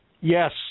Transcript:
Yes